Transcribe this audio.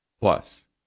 plus